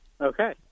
Okay